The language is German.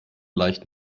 leicht